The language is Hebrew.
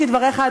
כדבריך,